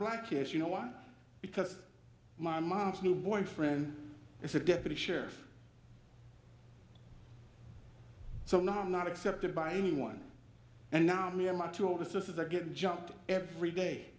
black kids you know why because my mom's new boyfriend is a deputy sheriff so now i'm not accepted by anyone and now me and my two older sisters are getting jumped every day